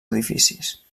edificis